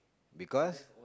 because